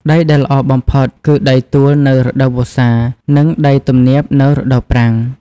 ដីដែលល្អបំផុតគឺដីទួលនៅរដូវវស្សា និងដីទំនាបនៅរដូវប្រាំង។